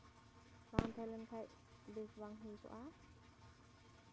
ᱵᱟᱝ ᱛᱟᱦᱮᱸ ᱞᱮᱱᱠᱷᱟᱡ ᱵᱮᱥ ᱵᱟᱝ ᱦᱩᱭ ᱠᱚᱜᱼᱟ